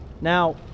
Now